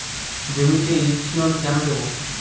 জমিতে ইরথিয়ন কেন দেবো?